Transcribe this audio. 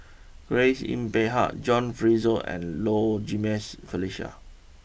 Grace Yin Peck Ha John Fraser and Low Jimenez Felicia